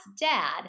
dad